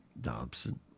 Dobson